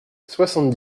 soixante